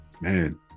man